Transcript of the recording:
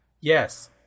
Yes